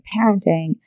parenting